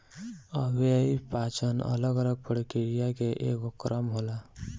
अव्ययीय पाचन अलग अलग प्रक्रिया के एगो क्रम होला